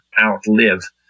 outlive